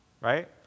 Right